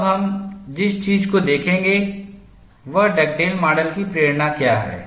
अब हम जिस चीज को देखेंगे वह डगडेल माडल की प्रेरणा क्या है